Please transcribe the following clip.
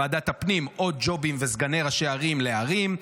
בוועדת הפנים, עוד ג'ובים וסגני ראשי ערים לערים.